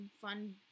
fun